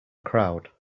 crowd